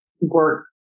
work